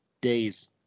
days